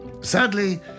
Sadly